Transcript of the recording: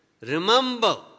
Remember